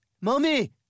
Mommy